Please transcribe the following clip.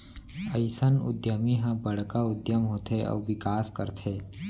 अइसन उद्यमी ह बड़का उद्यम होथे अउ बिकास करथे